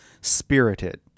Spirited